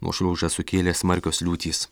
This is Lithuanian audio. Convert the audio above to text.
nuošliaužą sukėlė smarkios liūtys